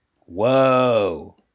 Whoa